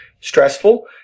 stressful